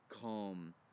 calm